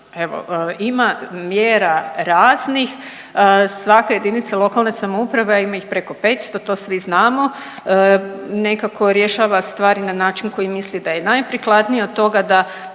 Evo, ima mjera raznih, sva jedinica lokalne samouprave, a ima ih preko 500 to svi znamo nekako rješava stvari na način koji misli da je najprikladnije. Od toga da